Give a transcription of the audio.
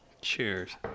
Cheers